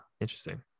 interesting